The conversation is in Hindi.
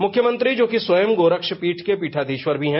मुख्यमंत्री जोकि स्वयं गोरक्ष पीठ के पीठाधीश्वर भी हैं